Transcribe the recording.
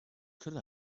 could